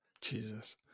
jesus